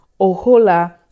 ohola